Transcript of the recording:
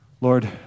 Lord